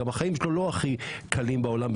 גם החיים שלהם לא הכי קלים בעולם,